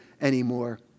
anymore